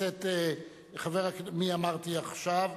מי אמרתי עכשיו?